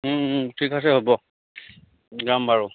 ঠিক আছে হ'ব যাম বাৰু